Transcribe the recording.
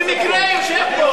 הוא במקרה יושב פה.